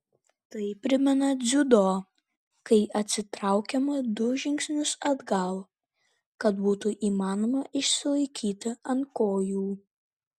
tai primena dziudo kai atsitraukiama du žingsnius atgal kad būtų įmanoma išsilaikyti ant kojų